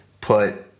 put